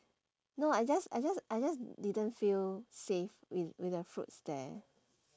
no I just I just I just didn't feel safe with with the fruits there